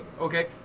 Okay